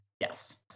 Yes